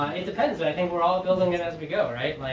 it depends. but i think we're all building it as we go, right?